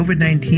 COVID-19